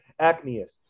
acneists